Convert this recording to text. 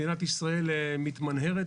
מדינת ישראל מתמנהרת.